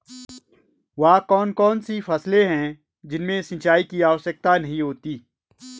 वह कौन कौन सी फसलें हैं जिनमें सिंचाई की आवश्यकता नहीं है?